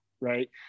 right